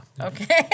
Okay